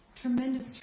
tremendous